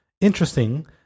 interesting